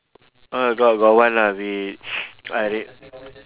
oh got got one lah which I did